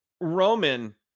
Roman